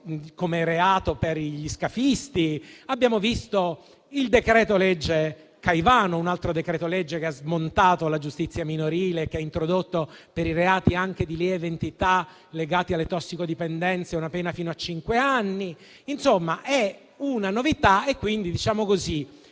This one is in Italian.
come reato per gli scafisti. Abbiamo visto il decreto-legge Caivano, un altro provvedimento che ha smontato la giustizia minorile e ha introdotto anche per i reati di lieve entità legati alle tossicodipendenze una pena fino a cinque anni. Insomma, è una novità, quindi ci